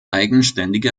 eigenständige